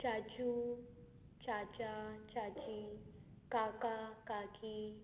च्याचू चाचा च्याची काका काकी